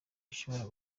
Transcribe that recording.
gishobora